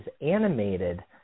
animated –